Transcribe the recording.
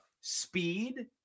speed